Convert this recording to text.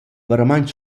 vairamaing